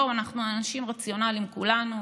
אנחנו אנשים רציונליים כולנו,